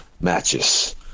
matches